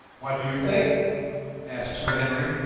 what do you think asked sir henry.